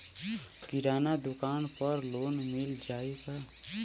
किराना दुकान पर लोन मिल जाई का?